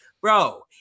bro